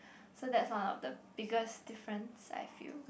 so that's one of the biggest difference I feel